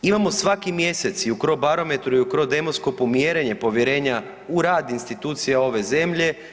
Imamo svaki mjesec i u Crobarometru i u Crodemoskopu mjerenje povjerenja u rad institucija ove zemlje.